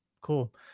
Cool